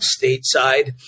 stateside